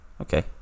Okay